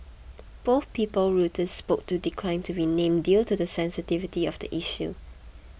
both people Reuters spoke to declined to be named due to the sensitivity of the issue